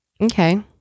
Okay